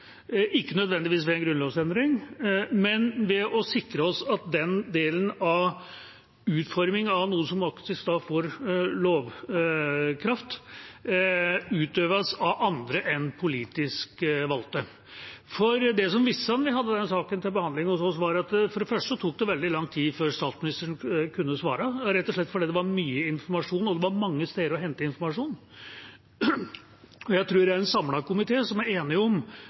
ikke nødvendigvis ved en grunnlovsendring, men ved å sikre oss når det gjelder at den delen av utformingen av noe som faktisk får lovkraft, utøves av andre enn politisk valgte. Det som viste seg da vi hadde den saken til behandling hos oss, var bl.a. at det tok veldig lang tid før statsministeren kunne svare, rett og slett fordi det var mye informasjon og mange steder å hente informasjon. Jeg tror det er en samlet komité som er enige om